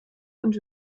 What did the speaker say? und